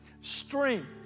strength